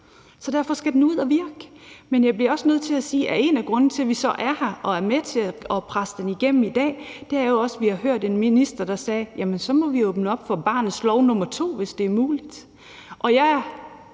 så derfor skal den ud at virke. Men jeg bliver også nødt til at sige, at en af grundene til, at vi så er her og er med til at presse den igennem i dag, jo også er, at vi har hørt en minister, der sagde: Jamen så må vi åbne op for barnets lov nr. 2, hvis det er muligt. Jeg